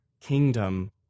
kingdom